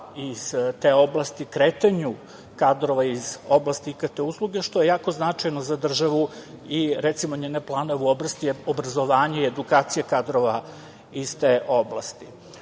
iz te oblasti, kretanju kadrova iz oblasti IKT usluga, što je jako značajno za državu, i recimo, njene planove u oblasti obrazovanja i edukacije kadrova iz te oblasti. Što